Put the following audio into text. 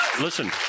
listen